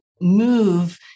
move